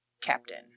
captain